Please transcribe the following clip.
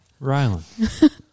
Rylan